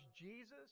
Jesus